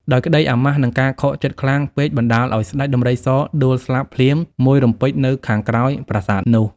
ដោយក្តីអាម៉ាស់ និងការខកចិត្តខ្លាំងពេកបណ្តាលឱ្យស្តេចដំរីសដួលស្លាប់ភ្លាម មួយរំពេចនៅខាងក្រោយប្រាសាទនោះ ។